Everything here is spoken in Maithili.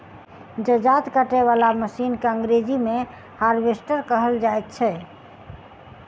जजाती काटय बला मशीन के अंग्रेजी मे हार्वेस्टर कहल जाइत छै